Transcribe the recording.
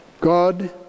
God